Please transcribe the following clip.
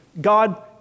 God